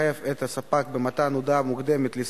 זכות וטו לקבל החלטה בגלל יציבות,